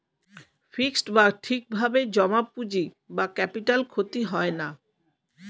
fixed বা ঠিক ভাবে জমা পুঁজি বা ক্যাপিটাল ক্ষতি হয় না